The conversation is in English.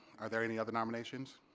are there any other nominations